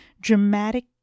Dramatic